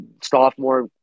sophomore